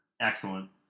Excellent